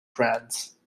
trance